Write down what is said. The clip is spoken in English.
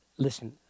Listen